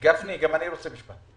גפני, גם אני רוצה משפט.